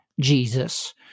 Jesus